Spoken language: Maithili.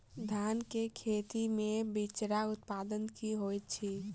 धान केँ खेती मे बिचरा उत्पादन की होइत छी?